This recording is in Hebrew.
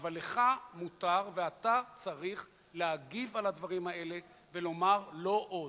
אבל לך מותר ואתה צריך להגיב על הדברים האלה ולומר: לא עוד,